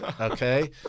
Okay